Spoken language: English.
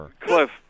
Cliff